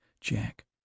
Jack